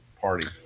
Party